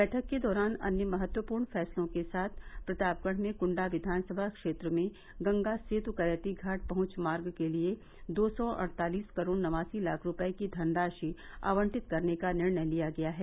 बैठक के दौरान अन्य महत्वपूर्ण फैसलों के साथ प्रतापगढ़ में कुंडा विधानसभा क्षेत्र में गंगा सेत करैती घाट पहंच मार्ग के लिए दो सौ अड़तालीस करोड़ नवासी लाख रूपये की धनराशि आवंटित करने का निर्णय लिया गया है